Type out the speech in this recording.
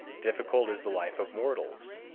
difficult is the life of mortals,